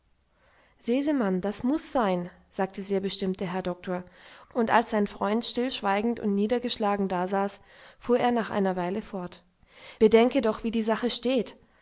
sesemann das muß sein sagte sehr bestimmt der herr doktor und als sein freund stillschweigend und niedergeschlagen dasaß fuhr er nach einer weile fort bedenke doch wie die sache steht